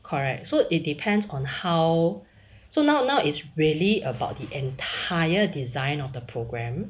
correct so it depends on how so now now is really about the entire design of the programme